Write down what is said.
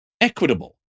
equitable